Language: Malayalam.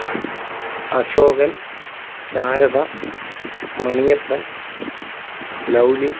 അശോകൻ ശാരദ മണിയപ്പൻ ലൗലി